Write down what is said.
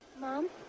Mom